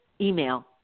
email